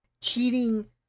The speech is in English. cheating